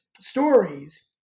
stories